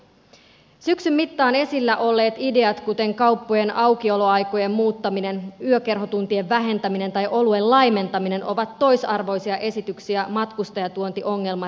syksyn mittaan esillä olleet ideat kuten kauppojen aukioloaikojen muuttaminen yökerhotuntien vähentäminen tai oluen laimentaminen ovat toisarvoisia esityksiä matkustajatuontiongelman rinnalla